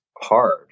hard